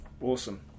Awesome